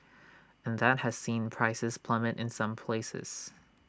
and that has seen prices plummet in some places